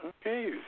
Okay